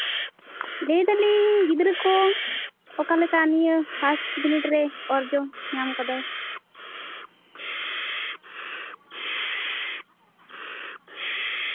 ᱞᱟᱹᱭ ᱫᱟᱞᱤᱧ ᱜᱤᱫᱽᱨᱟᱹ ᱠᱚ ᱚᱠᱟᱞᱮᱠᱟ ᱤᱭᱟᱹ ᱯᱷᱟᱥᱴ ᱵᱤᱱᱤᱹ ᱨᱮ ᱤᱭᱟᱹ ᱚᱨᱡᱚᱭ ᱧᱟᱢ ᱠᱟᱫᱟ